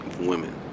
women